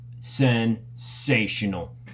sensational